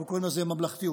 אנחנו קוראים לזה ממלכתיות.